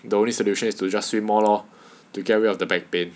the only solution is to just swim more lor to get rid of the back pain